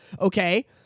okay